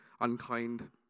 unkind